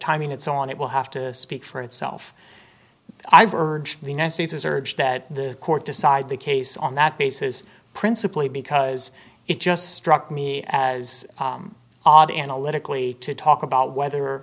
timing and so on it will have to speak for itself i've urged the united states is urged that the court decide the case on that basis principally because it just struck me as odd analytically to talk about whether